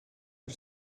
per